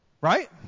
Right